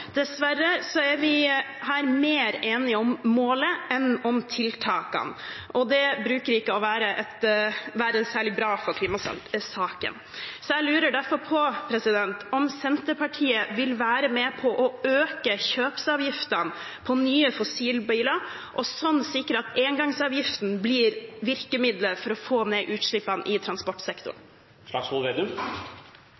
Dessverre er vi her mer enige om målet enn om tiltakene, og det pleier ikke å være særlig bra for klimasaken. Jeg lurer derfor på om Senterpartiet vil være med på å øke kjøpsavgiftene på nye fossilbiler, og sånn sikre at engangsavgiften blir virkemiddelet for å få ned utslippene i transportsektoren.